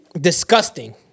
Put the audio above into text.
disgusting